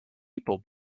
people